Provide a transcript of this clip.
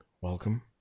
Welcome